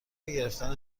گرفتن